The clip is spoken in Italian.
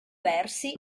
versi